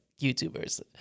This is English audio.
YouTubers